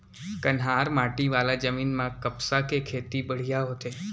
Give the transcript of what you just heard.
कन्हार माटी वाला जमीन म कपसा के खेती बड़िहा होथे